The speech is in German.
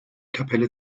kapelle